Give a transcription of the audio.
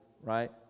right